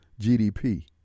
GDP